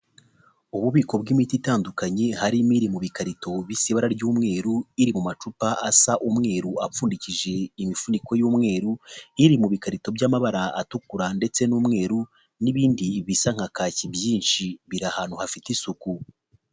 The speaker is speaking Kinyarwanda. Ububiko bw'imiti itandukanye harimo imiri mu bikarito bibisi iba ry'umweru, iri mu macupa asa umweru apfundikishije imifuniko y'umweru, iri mu bikarito by'amabara atukura ndetse n'umweru, n'ibindi bisa nka kaki byinshi biri ahantu hafite isuku.